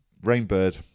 Rainbird